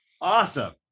awesome